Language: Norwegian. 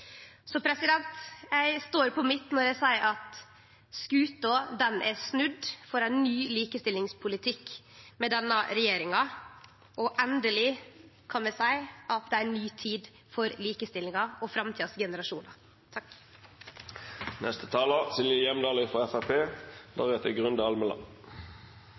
Eg står på mitt når eg seier at skuta er snudd for ein ny likestillingspolitikk med denne regjeringa. Endeleg kan vi seie at det er ei ny tid for likestillinga og framtidas generasjonar.